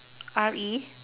R E